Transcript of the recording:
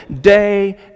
day